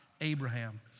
Abraham